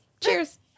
Cheers